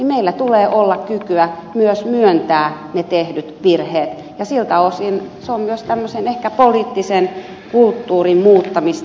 meillä tulee olla kykyä myös myöntää ne tehdyt virheet ja siltä osin se on myös ehkä tällaisen poliittisen kulttuurin muuttamista